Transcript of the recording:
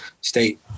state